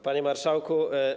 Panie Marszałku!